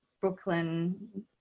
brooklyn